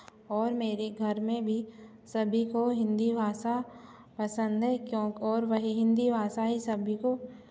और मेरे घर में भी सभी को हिंदी भाषा पसंद है और क्यों वही हिंदी भाषा ही सभी को